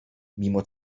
mimo